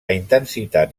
intensitat